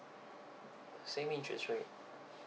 same interest rate